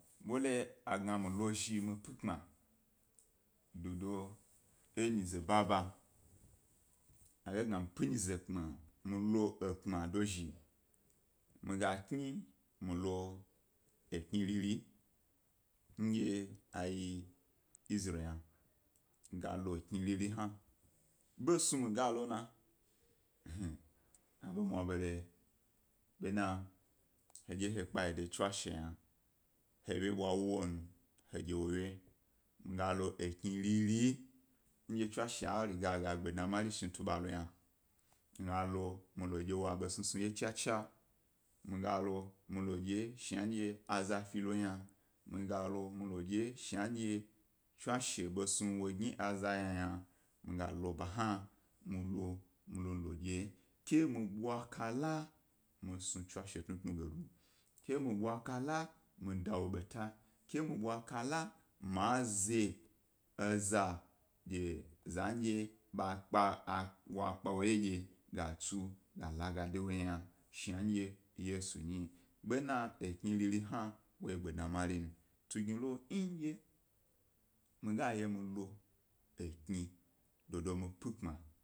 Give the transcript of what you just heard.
Bo he, a gna mi lo ezhi, mi pikpna dodo enyize baba ga kna mi nyi ze kpma mi lo ekpma dozhi mi kni mi lo ekni riri ndye a ye isire yna, mi ga lo ekni riri hna, be snu mi galo na, ehm. aḃo mwabare bena hedye he kpe-de tswashe yna, he wye ḃwa wu wo he dye wo wye, mi ga lo kni riri ndye twashe a chi gbmadna mari she tub a ḃe yna, mi ga lo mi lo dye wo ḃo snu snu wye cha-cha, mi ga lo mi lo dye wye shandye aza fi lo yna, miga lo, lo dye wye shiandye tswashe ḃe snu wo gni aza ya yna, mi galo ba hna ke mi lo dye ke mi ḃwa kala mi snu tswashe tnutnu ge do, ke mi bwa kala mi dawo beta, ke mi bwa kala ma ze zandye za wok pa tsu dewo yi gala ga dewo eza shandye. Yesu nyi. Bena ekni riri hna wo yi gbe dna mari ne tugnilo ndye mi ga ye mi lo, kni dodo mi pyi-kpena.